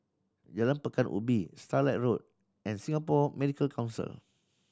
Jalan Pekan Ubin Starlight Road and Singapore Medical Council